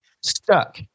stuck